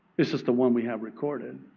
this is the one we have recorded,